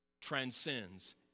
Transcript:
transcends